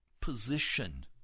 position